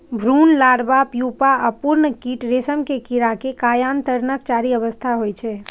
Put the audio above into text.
भ्रूण, larva, pupa आ पूर्ण कीट रेशम के कीड़ा के कायांतरणक चारि अवस्था होइ छै